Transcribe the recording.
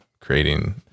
creating